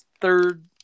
third